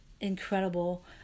incredible